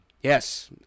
Yes